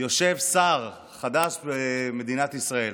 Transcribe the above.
יושב שר חדש במדינת ישראל.